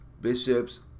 bishops